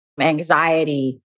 anxiety